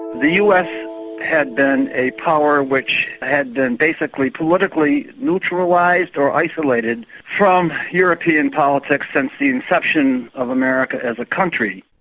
the us had been a power which had been basically politically neutralised or isolated from european politics since the inception of america as a country.